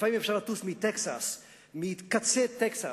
לפעמים אפשר לטוס מקצה טקסס,